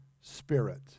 Spirit